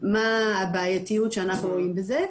מה הבעייתיות שאנחנו רואים בזה.